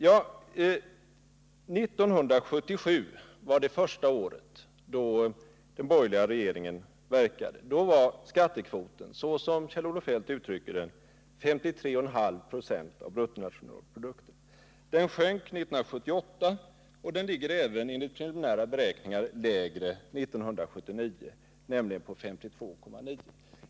Ja, 1977 var det första året som den borgerliga regeringen verkade. Då utgjorde skattekvoten— som Kjell-Olof Feldt uttrycker det — 53,5 96 av bruttonationalprodukten. Den sjönk 1978, och enligt preliminära beräkningar ligger den lägre även 1979, nämligen på 52,9 96.